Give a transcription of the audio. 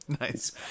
Nice